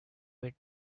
rate